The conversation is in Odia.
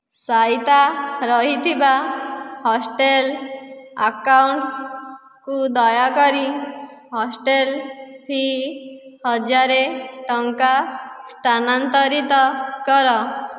ସାଇତା ରହିଥିବା ହଷ୍ଟେଲ ଆକାଉଣ୍ଟକୁ ଦୟାକରି ହଷ୍ଟେଲ ଫି ହଜାରେ ଟଙ୍କା ସ୍ଥାନାନ୍ତରିତ କର